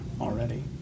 already